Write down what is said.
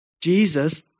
Jesus